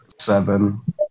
seven